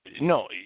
no